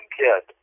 kid